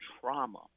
trauma